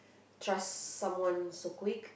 trust someone so quick